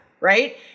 right